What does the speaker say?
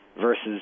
versus